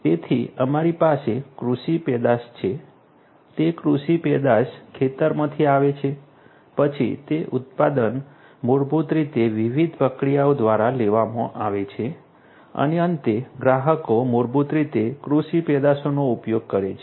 તેથી અમારી પાસે કૃષિ પેદાશ છે તે કૃષિ પેદાશ ખેતરમાંથી આવે છે પછી તે ઉત્પાદન મૂળભૂત રીતે વિવિધ પ્રક્રિયાઓ દ્વારા લેવામાં આવે છે અને અંતે ગ્રાહકો મૂળભૂત રીતે કૃષિ પેદાશોનો ઉપયોગ કરે છે